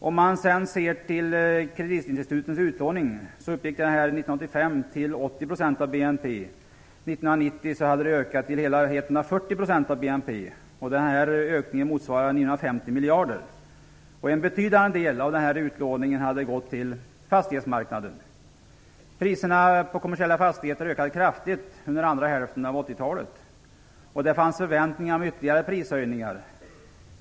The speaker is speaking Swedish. Vidare uppgick kreditinstitutens utlåning 1985 till 80 % av BNP. År 1990 hade den ökat till hela 140 % av BNP. Denna ökning motsvarar 950 miljarder. En betydande del av denna utlåning hade gått till fastighetsmarknaden. Priserna på kommersiella fastigheter ökade kraftigt under andra hälften av 80-talet, och det fanns förväntningar om ytterligare prishöjningar.